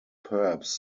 perhaps